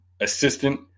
assistant